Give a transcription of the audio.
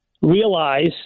Realize